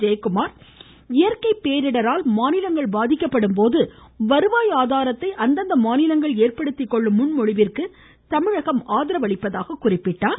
ஜெயக்குமார் இயற்கை பேரிடரால் மாநிலங்கள் பாதிக்கப்படும்போது வருவாய் ஆதாரத்தை அந்தந்த மாநிலங்கள் ஏற்படுத்திக்கொள்ளும் முன்மொழிவிற்கு தமிழகம் ஆதரவளிப்பதாக குறிப்பிட்டார்